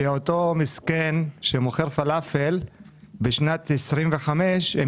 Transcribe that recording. שאותו מסכן שמוכר פלאפל בשנת 25' הם